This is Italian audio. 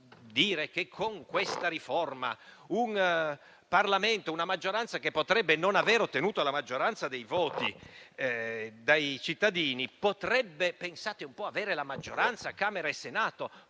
dire che con questa riforma una maggioranza che potrebbe non aver ottenuto la maggioranza dei voti dai cittadini potrebbe - pensate un po' - avere la maggioranza alla Camera e al Senato,